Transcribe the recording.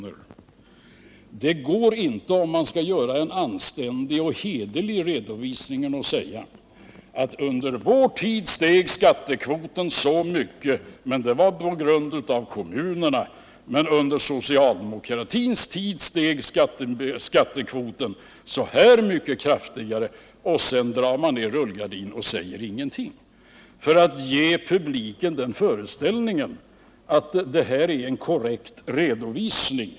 Det går inte, om man vill göra en anständig och hederlig redovisning, att säga som Gösta Bohman gör, att under borgerligt styre steg skattekvoten en del på grund av att kommunerna höjde sin utdebitering, men under socialdemokratins tid steg skattekvoten mycket, mycket mer genom den socialdemokratiska regeringens åtgärder — och sedan dra ner rullgardinen för att ge publiken den föreställningen att det är en korrekt redovisning.